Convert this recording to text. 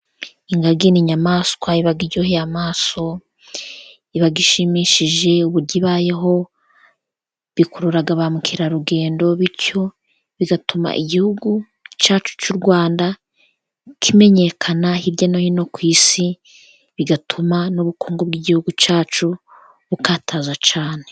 Ingagi ni inyamaswa iba iryoheye amaso, iba ishimishije uburyo ibayeho, bikurura ba mukerarugendo bityo bigatuma igihugu cy'u Rwanda kimenyekana hirya no hino ku isi, bigatuma n'ubukungu bw'igihugu cyacu bukataza cyane.